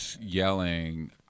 yelling